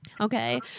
Okay